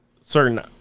certain